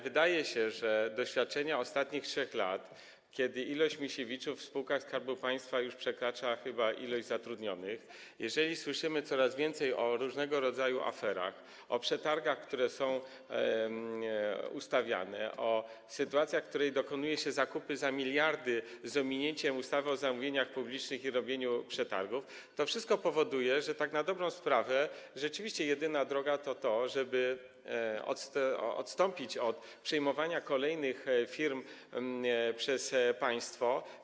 Wydaje się, że doświadczenia ostatnich 3 lat, kiedy ilość Misiewiczów w spółkach Skarbu Państwa przekraczała już chyba ilość zatrudnionych, a my słyszeliśmy coraz więcej o różnego rodzaju aferach, przetargach, które były ustawiane, sytuacjach, w których dokonywano zakupów za miliardy z ominięciem ustawy o zamówieniach publicznych i robieniu przetargów, to wszystko powoduje, że tak na dobrą sprawę rzeczywiście jedyna droga to odstąpienie od przejmowania kolejnych firm przez państwo.